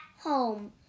Home